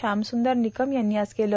श्यामसुंदर निकम यांनी आज केलं